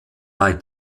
bei